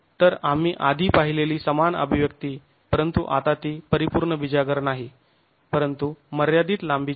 तर आम्ही आधी पाहिलेली समान अभिव्यक्ती परंतु आता ती परिपूर्ण बिजागर नाही परंतु मर्यादित लांबीची आहे